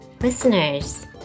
Listeners